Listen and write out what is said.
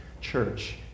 church